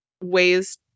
ways